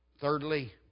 Thirdly